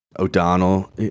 o'donnell